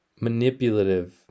manipulative